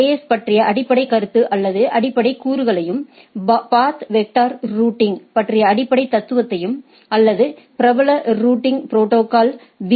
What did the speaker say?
S பற்றிய அடிப்படை கருத்து அல்லது அடிப்படை கூறுகளையும் பாத் வெக்டர் ரூட்டிங் பற்றிய அடிப்படை தத்துவத்தையும் அல்லது பிரபலமான ரூட்டிங் ப்ரோடோகால்ஸ் பி